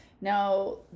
Now